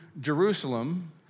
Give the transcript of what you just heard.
Jerusalem